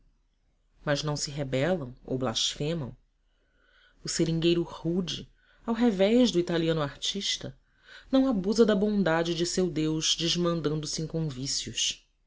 mas não se rebelam ou blasfemam o seringueiro rude ao revés do italiano artista não abusa da bondade de seu deus desmandando se em convícios